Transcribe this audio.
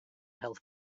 health